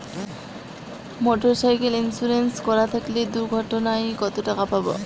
Motorcycle insurance করা থাকলে দুঃঘটনায় কতটাকা পাব?